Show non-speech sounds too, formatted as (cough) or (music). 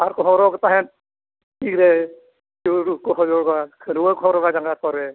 ᱟᱨ ᱠᱚ ᱦᱚᱨᱚᱜ ᱛᱟᱦᱮᱸᱫ ᱛᱤᱨᱮ (unintelligible) ᱦᱚᱨᱚᱜᱼᱟ ᱠᱷᱟᱹᱨᱣᱟᱹ ᱠᱚ ᱦᱚᱨᱚᱜᱼᱟ ᱡᱟᱸᱜᱟ ᱠᱚᱨᱮ